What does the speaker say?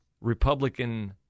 Republican